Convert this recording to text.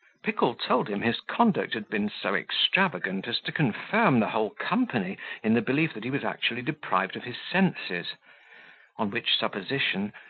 pickle told him his conduct had been so extravagant as to confirm the whole company in the belief that he was actually deprived of his senses on which supposition,